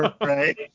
Right